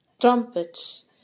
trumpets